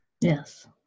Yes